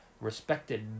respected